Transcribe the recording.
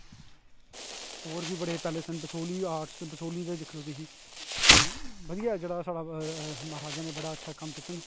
और बी बडे़ पैलेस ना बसोह्ली आर्टस बसोह्ली दा दिक्खी लैओ तुसी ते बधिया जेहड़ा साढ़ा जेहड़ा महाराजा ने जेहड़ा अच्छे कम्म कीते न